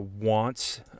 wants